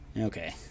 Okay